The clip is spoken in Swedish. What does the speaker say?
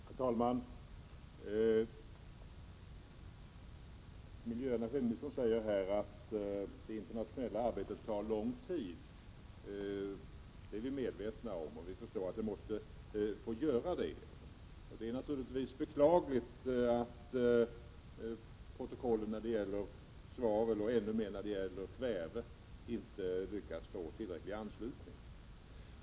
Herr talman! Miljöoch energiministern säger att det internationella arbetet tar lång tid. Det är vi medvetna om, och vi förstår att det måste få göra det. Det är naturligtvis beklagligt att protokollet när det gäller svavel och ännu mer när det gäller kväve inte fått tillräcklig anslutning.